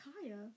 Kaya